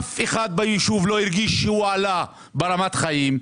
אף אחד ביישוב לא הרגיש שהוא עלה ברמת החיים,